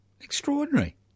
Extraordinary